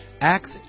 Acts